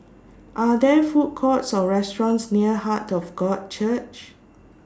Are There Food Courts Or restaurants near Heart of God Church